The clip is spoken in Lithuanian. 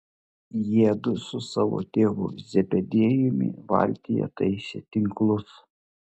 jiedu su savo tėvu zebediejumi valtyje taisė tinklus